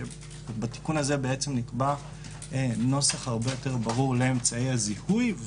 שבו נקבע נוסח הרבה יותר ברור לאמצעי הזיהוי,